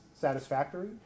satisfactory